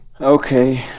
Okay